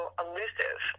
elusive